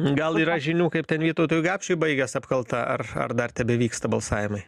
gal yra žinių kaip ten vytautui gapšiui baigės apkalta ar ar dar tebevyksta balsavimai